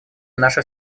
наша